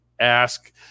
Ask